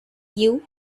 you